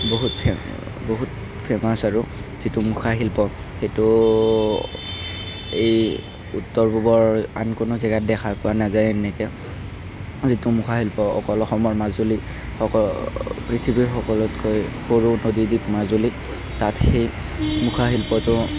বহুত বহুত ফেমাছ আৰু যিটো মুখাশিল্প সেইটো এই উত্তৰ পূৰ্বৰ আন কোনো জেগাত দেখা পোৱা নাযায় এনেকৈ যিটো মুখাশিল্প অকল অসমৰ মাজুলীত অকল পৃথিৱীৰ সকলোতকৈ সৰু নদী দ্বীপ মাজুলীত তাত সেই মুখাশিল্পটো